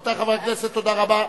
רבותי חברי הכנסת, תודה רבה.